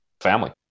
family